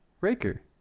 Raker